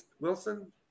wilson